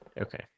Okay